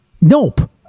nope